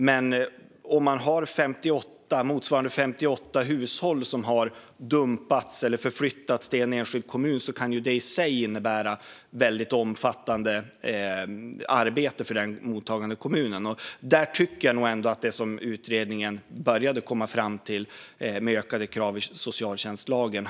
Men om 58 hushåll har dumpats eller förflyttats till en enskild kommun kan det i sig innebära ett omfattande arbete för den mottagande kommunen. Jag tycker att det hade varit önskvärt att gå vidare med och titta mer på det som utredningen började komma fram till vad gäller ökade krav i socialtjänstlagen.